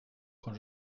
quand